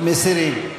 מסירים.